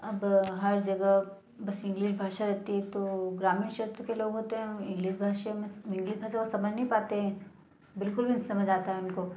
अब हर जगह बस इंग्लिश भाषा होती तो ग्रामीण क्षेत्रों के लोग होते हैं तो इंग्लिश भाषा में समझ नहीं पाते हैं बिल्कुल भी समझ नहीं आता है उनको